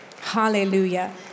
Hallelujah